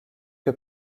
que